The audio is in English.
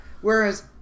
Whereas